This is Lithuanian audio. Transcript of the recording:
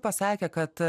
pasakė kad